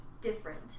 different